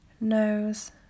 nose